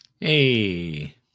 Hey